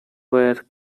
were